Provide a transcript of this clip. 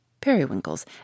periwinkles